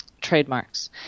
trademarks